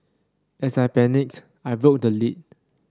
as I panicked I broke the lid